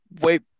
Wait